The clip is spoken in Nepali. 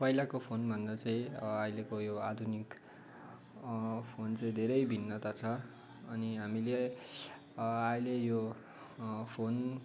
पहिलाको फोनभन्दा चाहिँ अहिलेको यो आधुनिक फोन चाहिँ धेरै भिन्नता छ अनि हामीले अहिले यो फोन